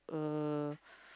uh